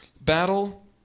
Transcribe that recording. battle